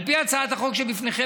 על פי הצעת החוק שבפניכם,